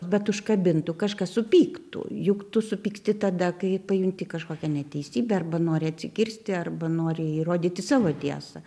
bet užkabintų kažkas supyktų juk tu supykti tada kai pajunti kažkokią neteisybę arba nori atsikirsti arba nori įrodyti savo tiesą